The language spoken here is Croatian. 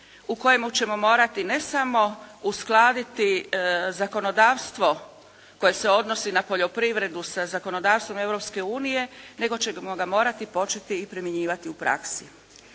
u kojemu ćemo morati ne samo uskladiti zakonodavstvo koje se odnosi na poljoprivredu sa zakonodavstvom Europske unije nego ćemo ga morati početi i primjenjivati u praksi.